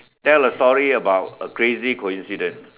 tell a story about a crazy coincidence